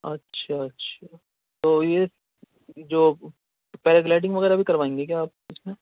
اچھا اچھا تو یہ جو پیرا گلائیڈنگ وغیرہ بھی کروائیں گے کیا آپ اِس میں